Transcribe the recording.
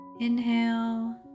Inhale